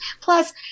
Plus